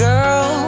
Girl